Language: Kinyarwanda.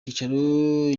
cyicaro